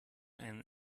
eiern